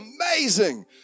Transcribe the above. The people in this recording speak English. amazing